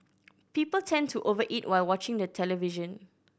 people tend to over eat while watching the television